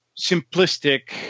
simplistic